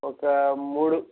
ఒక మూడు